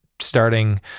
starting